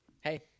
Hey